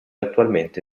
attualmente